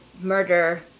murder